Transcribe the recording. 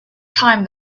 time